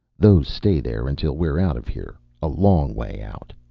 those stay there until we're out of here. a long way out.